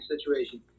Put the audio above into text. situation